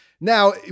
Now